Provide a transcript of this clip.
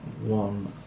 one